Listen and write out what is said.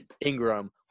ingram